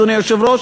אדוני היושב-ראש,